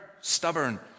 Stubborn